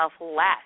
less